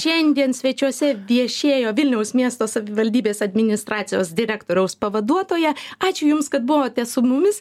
šiandien svečiuose viešėjo vilniaus miesto savivaldybės administracijos direktoriaus pavaduotoja ačiū jums kad buvote su mumis